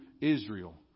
Israel